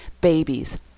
babies